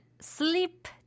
Sleep